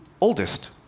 oldest